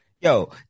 Yo